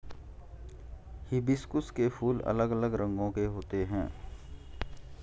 hibiscus के फूल अलग अलग रंगो के होते है